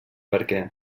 perquè